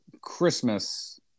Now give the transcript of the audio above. Christmas